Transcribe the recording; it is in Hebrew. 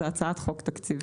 זה הצעת חוק תקציבית.